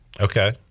Okay